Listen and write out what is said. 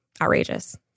outrageous